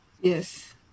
Yes